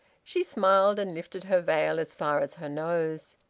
she smiled, and lifted her veil as far as her nose.